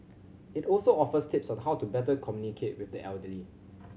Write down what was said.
it also offers tips on how to better communicate with the elderly